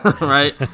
right